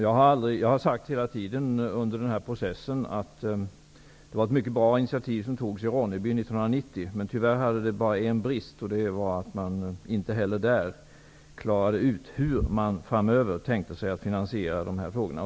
Jag har hela tiden under den här processen sagt att det var ett mycket bra initiativ som togs i Ronneby 1990. Tyvärr hade det en brist, och det var att det inte heller där klarades ut hur man framöver tänkte sig att finansiera det hela.